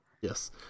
Yes